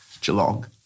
Geelong